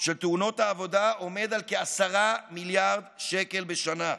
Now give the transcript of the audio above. של תאונות העבודה עומד על כ-10 מיליארד שקל בשנה.